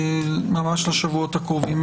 ממש לשבועות הקרובים.